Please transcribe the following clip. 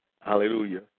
hallelujah